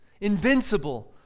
invincible